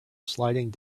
sliding